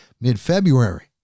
mid-February